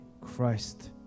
Christ